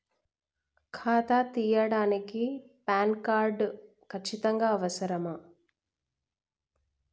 ఖాతా తీయడానికి PAN card ఖచ్చితంగా అవసరమా?